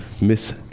Miss